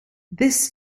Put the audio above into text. this